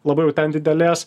labai jau ten didelės